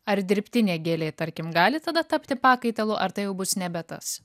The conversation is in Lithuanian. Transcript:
ar dirbtinė gėlė tarkim gali tada tapti pakaitalu ar tai jau bus nebe tas